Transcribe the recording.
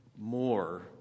more